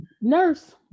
Nurse